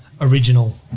original